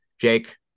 Jake